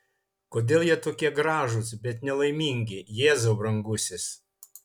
kodėl jie tokie gražūs bet nelaimingi jėzau brangusis